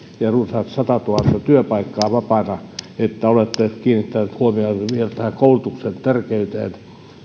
ja runsaat satatuhatta työpaikkaa vapaana että olette kiinnittänyt huomiota vielä koulutuksen tärkeyteen